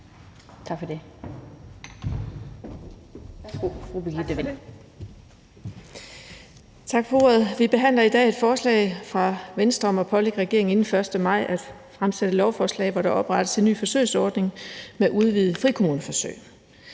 Tak for ordet.